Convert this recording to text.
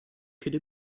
could